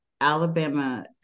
Alabama